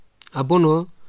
Abono